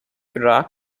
iraq